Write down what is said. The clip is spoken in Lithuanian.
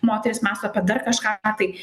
moterys mąsto apie dar kažką tai